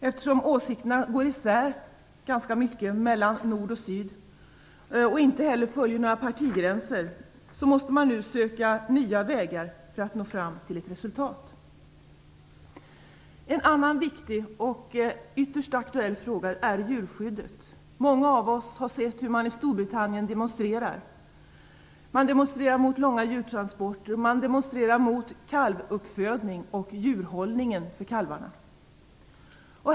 Eftersom åsikterna går isär ganska mycket mellan nord och syd och inte heller följer några partigränser, måste man nu söka nya vägar för att nå fram till ett resultat. En annan viktig och ytterst aktuell fråga är djurskyddet. Många av oss har sett hur människor i Storbritannien demonstrerar mot långa djurtransporter och mot kalvuppfödning och djurhållningen för kalvarna.